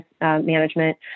management